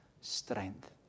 strength